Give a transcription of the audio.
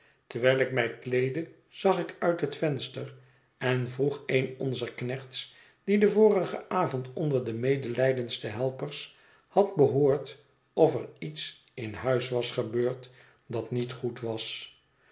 terwijl ik mij kleedde zag ik uit het venster en vroeg een onzer knechts die den vorigen avond onderde medelij dendste helpers had behoord of er iets in huis was gebeurd dat niet goed was